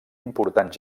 important